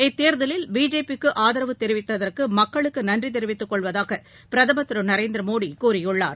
இத்தேர்தலில் பிஜேபிக்குஆதரவு தெரிவித்ததற்குமக்களுக்குநன்றிதெரிவித்துக் கொள்வதாகபிரதமர் திருநரேந்திரமோதிகூறியுள்ளார்